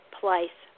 place